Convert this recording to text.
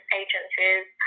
agencies